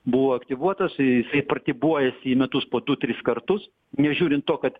buvo aktyvuotas jisai pratybuojasi į metus po du tris kartus nežiūrint to kad